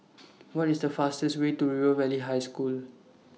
What IS The fastest Way to River Valley High School